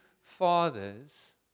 fathers